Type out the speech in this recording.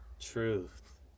Truth